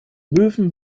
möwen